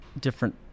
different